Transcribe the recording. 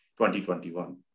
2021